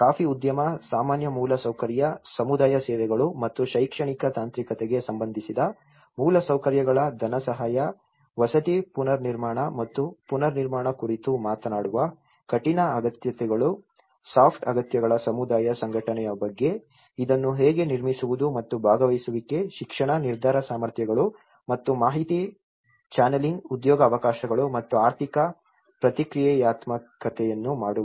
coffee ಉದ್ಯಮ ಸಾಮಾನ್ಯ ಮೂಲಸೌಕರ್ಯ ಸಮುದಾಯ ಸೇವೆಗಳು ಮತ್ತು ಶೈಕ್ಷಣಿಕ ತಾಂತ್ರಿಕತೆಗೆ ಸಂಬಂಧಿಸಿದ ಮೂಲಸೌಕರ್ಯಗಳ ಧನಸಹಾಯ ವಸತಿ ಪುನರ್ನಿರ್ಮಾಣ ಮತ್ತು ಪುನರ್ನಿರ್ಮಾಣ ಕುರಿತು ಮಾತನಾಡುವ ಕಠಿಣ ಅಗತ್ಯತೆಗಳು ಸಾಫ್ಟ್ ಅಗತ್ಯಗಳ ಸಮುದಾಯ ಸಂಘಟನೆಯ ಬಗ್ಗೆ ಇದನ್ನು ಹೇಗೆ ನಿರ್ಮಿಸುವುದು ಮತ್ತು ಭಾಗವಹಿಸುವಿಕೆ ಶಿಕ್ಷಣ ನಿರ್ಧಾರ ಸಾಮರ್ಥ್ಯಗಳು ಮತ್ತು ಮಾಹಿತಿ ಚಾನೆಲಿಂಗ್ ಉದ್ಯೋಗ ಅವಕಾಶಗಳು ಮತ್ತು ಆರ್ಥಿಕ ಪ್ರತಿಕ್ರಿಯಾತ್ಮಕತೆಯನ್ನು ಮಾಡುವುದು